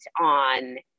on